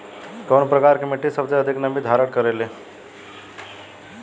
कउन प्रकार के मिट्टी सबसे अधिक नमी धारण करे ले?